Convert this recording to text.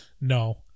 no